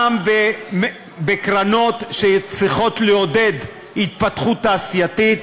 גם בקרנות שצריכות לעודד התפתחות תעשייתית,